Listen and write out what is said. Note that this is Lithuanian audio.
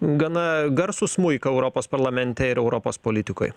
gana garsų smuiką europos parlamente ir europos politikoj